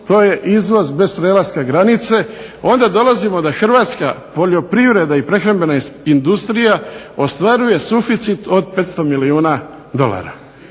to je izvoz bez prelaska granice, onda dolazimo da hrvatska poljoprivreda i prehrambena industrija ostvaruju suficit od 500 milijuna dolara.